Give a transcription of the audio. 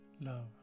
love